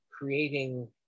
Creating